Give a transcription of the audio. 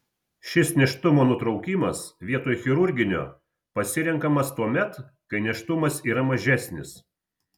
šis nėštumo nutraukimas vietoj chirurginio pasirenkamas tuomet kai nėštumas yra mažesnis